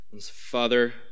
Father